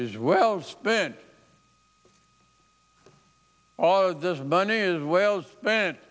is well spent all this money is well spent